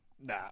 nah